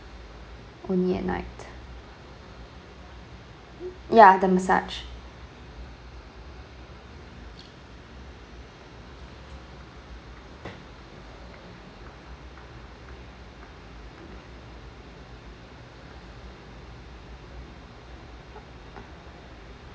only at night ya the massage